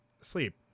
sleep